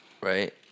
Right